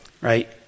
right